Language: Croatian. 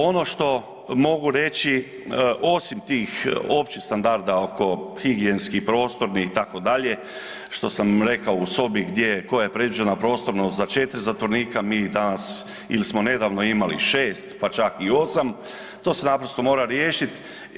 Ono što mogu reći osim tih općih standarda oko higijenski, prostorni, itd., što sam rekao u sobi gdje je koje predviđeno prostorno za 4 zatvorenika, mi ih danas ili smo nedavno imali 6, pa čak i 8. To se naprosto mora riješiti.